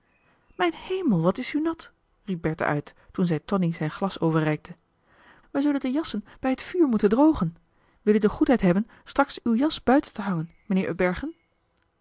mijn hemel wat is u nat riep bertha uit toen zij tonie zijn glas overreikte wij zullen de jassen bij het vuur moeten drogen wil u de goedheid hebben straks uw jas buiten te hangen mijnheer upbergen